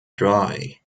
dry